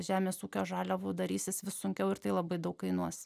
žemės ūkio žaliavų darysis vis sunkiau ir tai labai daug kainuos